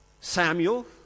Samuel